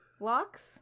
Locks